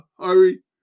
hurry